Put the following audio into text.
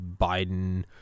Biden